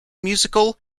musical